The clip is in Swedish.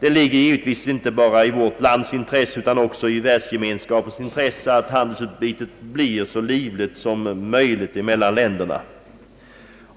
Det ligger givetvis inte bara i vårt lands intresse utan också i världsgemenskapens intresse att handelsutbytet mellan länderna blir så livligt som möjligt.